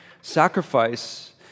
Sacrifice